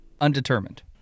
undetermined